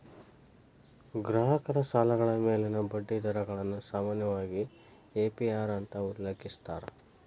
ಗ್ರಾಹಕ ಸಾಲಗಳ ಮ್ಯಾಲಿನ ಬಡ್ಡಿ ದರಗಳನ್ನ ಸಾಮಾನ್ಯವಾಗಿ ಎ.ಪಿ.ಅರ್ ಅಂತ ಉಲ್ಲೇಖಿಸ್ಯಾರ